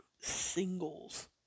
singles